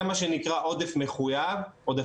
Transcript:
זה מה שנקרא עודפים מחויבים.